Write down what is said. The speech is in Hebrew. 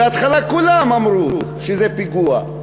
בהתחלה כולם אמרו שזה פיגוע,